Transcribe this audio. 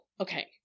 okay